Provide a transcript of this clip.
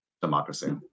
democracy